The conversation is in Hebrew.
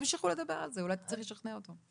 תמשיכו לדבר על זה, אולי תצליחי לשכנע אותו.